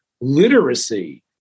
literacy